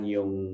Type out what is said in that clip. Yung